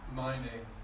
mining